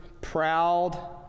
proud